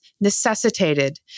necessitated